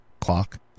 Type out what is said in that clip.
clock